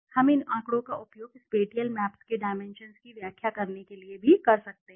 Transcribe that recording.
हम इन आंकड़ों का उपयोग स्पेटिअल मैप्स के डाइमेंशन्स की व्याख्या करने के लिए भी कर सकते हैं